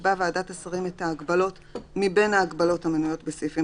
תקבע ועדת השרים את ההגבלות מבין ההגבלות המנויות בסעיפים